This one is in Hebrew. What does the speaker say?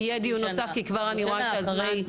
יהיה דיון נוסף, כי כבר אני רואה שזמננו קצר.